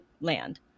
land